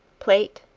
plate,